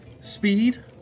Speed